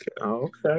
Okay